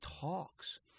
talks